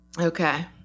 Okay